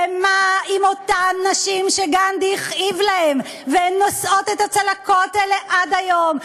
ומה עם אותן נשים שגנדי הכאיב להן והן נושאות את הצלקות האלה עד היום,